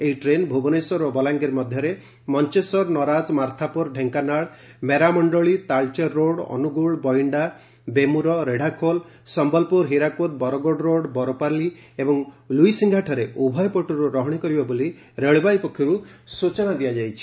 ଏହି ଟ୍ରେନ୍ ଭୁବନେଶ୍ୱର ଓ ବଲାଙ୍ଗୀର ମଧ୍ଧରେ ମଞେଶ୍ୱର ନରାଜ ମାର୍ଥାପୁର ଢ଼େଙ୍କାନାଳ ମେରାମ ରୋଡ ଅନୁଗୁଳ ବଇଣ୍ଡା ବେମୁର ରେଢାଖୋଲ ସ ହୀରାକୁଦ ବରଗଡ଼ରୋଡ ବରପାଲି ଏବଂ ଲ୍ୱଇସିଂହାଠାରେ ଉଭୟପଟର୍ ରହଶି କରିବ ବୋଲି ରେଳବାଇ ପକ୍ଷରୁ ସୂଚନା ଦିଆଯାଇଛି